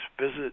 visit